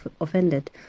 offended